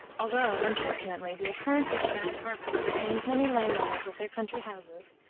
although, unfortunately, the occurrence of a bad harvest retained many landowners at their country houses,